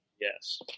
Yes